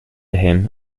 him